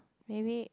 maybe